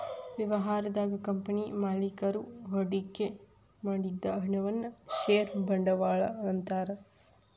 ವ್ಯವಹಾರದಾಗ ಕಂಪನಿಯ ಮಾಲೇಕರು ಹೂಡಿಕೆ ಮಾಡಿದ ಹಣವನ್ನ ಷೇರ ಬಂಡವಾಳ ಅಂತಾರ